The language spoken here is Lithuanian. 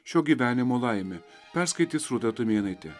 šio gyvenimo laimė perskaitys rūta tumėnaitė